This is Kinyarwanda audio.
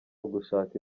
ugushaka